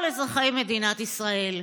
לכל אזרחי מדינת ישראל.